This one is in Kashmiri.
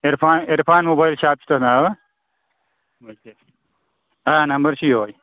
عرفان عرفان موبایل شاپَس چھِ تَتھ ناو آ نمبر چھِ یوٚہَے